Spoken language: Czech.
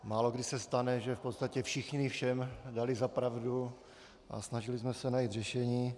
Málokdy se stane, že v podstatě všichni všem dali za pravdu, a snažili jsme se najít řešení.